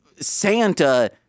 Santa